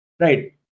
Right